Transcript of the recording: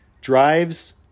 drives